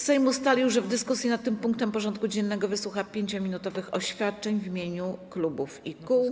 Sejm ustalił, że w dyskusji nad tym punktem porządku dziennego wysłucha 5-minutowych oświadczeń w imieniu klubów i kół.